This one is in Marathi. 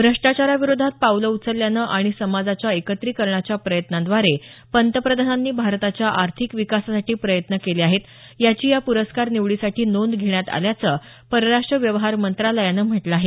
भ्रष्टाचाराविरोधात पावलं उचलल्यानं आणि समाजाच्या एकत्रीकरणाच्या प्रयत्नांद्वारे पंतप्रधानांनी भारताच्या आर्थिक विकासासाठी प्रयत्न केले आहेत याचीही या पुरस्कार निवडीसाठी नोंद घेण्यात आल्याचं परराष्ट्र व्यवहार मंत्रालयानं म्हटलं आहे